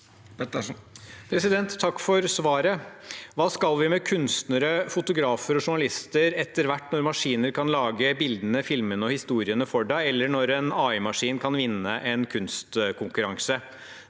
Takk for svaret. Hva skal vi med kunstnere, fotografer og journalister etter hvert når maskiner kan lage bildene, filmene og historiene for deg, eller når en AI-maskin kan vinne en kunstkonkurranse?